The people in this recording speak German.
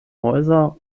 häuser